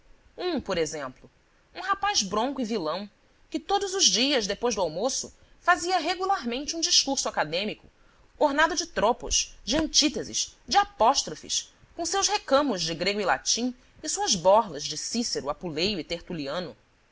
um por exemplo um rapaz bronco e vilão que todos os dias depois do almoço fazia regularmente um discurso acadêmico ornado de tropos de antíteses de apóstrofes com seus recamos de grego e latim e suas borlas de cícero apuleio e tertuliano